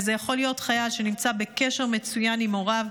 וזה יכול להיות חייל שנמצא בקשר מצוין עם הוריו,